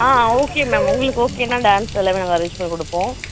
ஆ okay ma'am உங்களுக்கு ஓகேன்னால் dance எல்லாமே நாங்கள் அரேஞ்ச் பண்ணிக்கொடுப்போம்